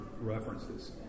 references